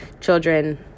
children